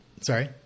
sorry